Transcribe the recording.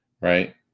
Right